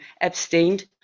abstained